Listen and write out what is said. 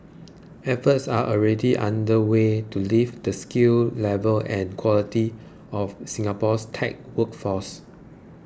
efforts are already underway to lift the skill level and quality of Singapore's tech workforce